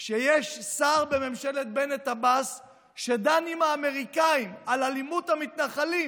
כשיש שר בממשלת בנט-עבאס שדן עם האמריקאים על אלימות המתנחלים,